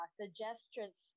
suggestions